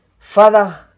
Father